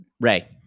Ray